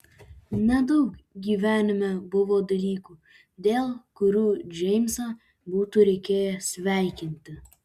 nedaug gyvenime buvo dalykų dėl kurių džeimsą būtų reikėję sveikinti